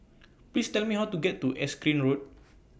Please Tell Me How to get to Erskine Road